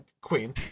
queen